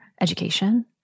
education